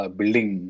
building